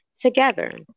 together